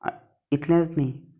इतलेंच न्हय